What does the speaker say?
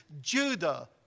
Judah